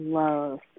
love